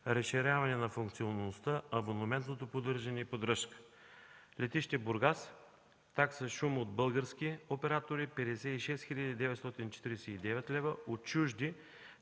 разширяване на функционалността, абонаментното поддържане и поддръжка. Летище Бургас: такса шум от български оператори – 56 949 лв.; от чужди